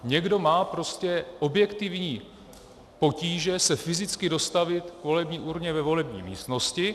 Někdo má prostě objektivní potíže se fyzicky dostavit k volební urně ve volební místnosti.